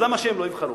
אז למה שהם לא יבחרו.